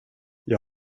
jag